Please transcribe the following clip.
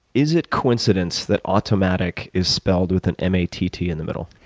is it coincidence that automattic is spelled with an m a t t in the middle?